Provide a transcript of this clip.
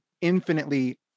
infinitely